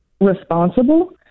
responsible